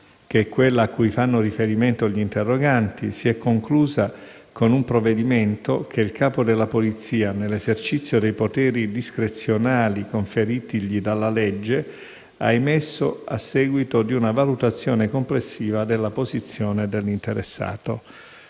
che è quella a cui fanno riferimento gli interroganti, si è conclusa con un provvedimento che il capo della Polizia, nell'esercizio dei poteri discrezionali conferitigli dalla legge, ha emesso a seguito di una valutazione complessiva della posizione dell'interessato.